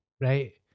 right